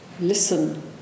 Listen